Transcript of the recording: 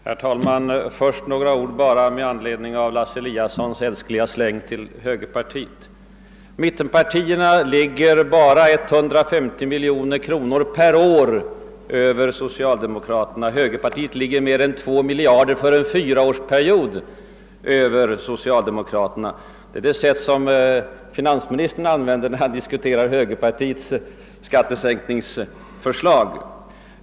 Herr talman! Först bara några ord med anledning av Lars Eliassons »älskliga» släng åt högerpartiet. — Mittenpartierna ligger endast 150 miljoner kronor per år över socialdemokraterna — högerpartiet ligger mer än 2 miljarder över socialdemokraterna för en fyraårsperiod, sade Lars Eliasson, samma uttryckssätt alltså som finansministern använder när han diskuterar högerpartiets skattesänkningsförslag!